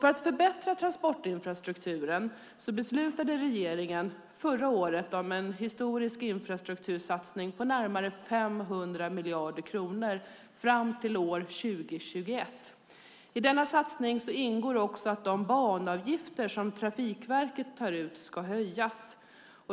För att förbättra transportinfrastrukturen beslutade regeringen förra året om en historisk infrastruktursatsning på närmare 500 miljarder kronor fram till år 2021. I denna satsning ingår också att de banavgifter som Trafikverket tar ut ska höjas.